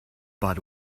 but